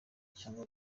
cyangwa